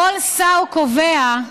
כל שר קובע.